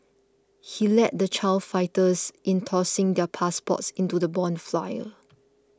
he led the child fighters in tossing their passports into the bonfire